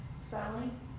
spelling